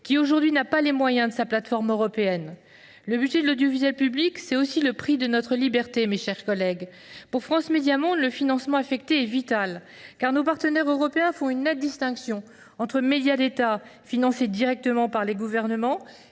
qui, aujourd’hui, n’a pas les moyens de sa plateforme européenne. Le budget de l’audiovisuel public est aussi le prix de notre liberté. Pour France Médias Monde, le financement affecté est vital, car nos partenaires européens opèrent une nette distinction entre les médias d’État, financés directement par les gouvernements